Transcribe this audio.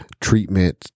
treatment